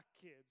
kids